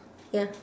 ya